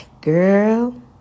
girl